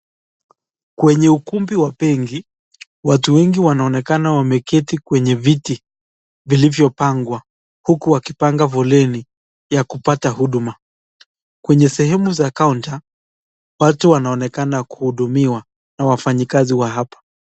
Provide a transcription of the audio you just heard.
Kwenye ukumbi wa bengi watu wengi wanaonekana wameketi kwenye viti, zilizopangwa huku wakipanga foleni ya kupata huduma kwenye sehemu za kaonda watu wanaonekana kuhudumiwa na wafanyi kazi wa hapa.